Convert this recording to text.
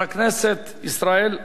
חבר הכנסת ישראל אייכלר,